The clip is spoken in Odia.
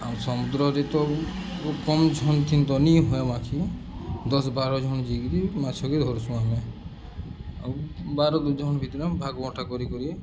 ଆଉ ସମୁଦ୍ରରେ ତ କମ୍ ଝନ୍ ଥି ତ ନି ହୁଏ ମାଛ ଦଶ୍ ବାର ଜଣ୍ ଯାଇକିରି ମାଛକେ ଧର୍ସୁ ଆମେ ଆଉ ବାର ଜଣ୍ ଭିତ୍ରେ ଆମେ ଭାଗ୍ବଟା କରି କରି